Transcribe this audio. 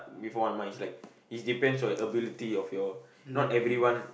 with one mindset is depends on your ability of your not everyone